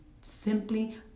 simply